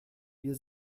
wir